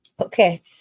Okay